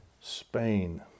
Spain